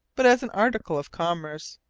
but as an article of commerce.